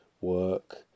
work